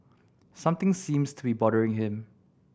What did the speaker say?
something seems to be bothering him